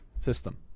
system